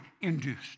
induced